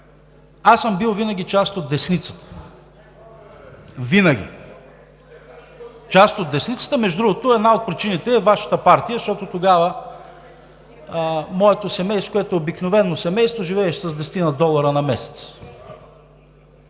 аз съм бил винаги част от десницата. Винаги! (Шум и реплики.) Винаги! Между другото, една от причините е Вашата партия, защото тогава моето семейство, което е обикновено семейство, живееше с десетина долара на месец.